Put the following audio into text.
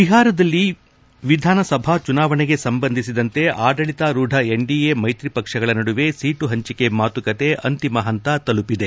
ಬಿಹಾರದಲ್ಲಿ ವಿಧಾನಸಭಾ ಚುನಾವಣೆಗೆ ಸಂಬಂಧಿಸಿದಂತೆ ಆಡಳಿತಾರೂಢ ಎನ್ಡಿಎ ಮೈತ್ರಿಪಕ್ಷಗಳ ನಡುವೆ ಸೀಟು ಹಂಚಿಕೆ ಮಾತುಕತೆ ಅಂತಿಮ ಹಂತ ತಲುಪಿದೆ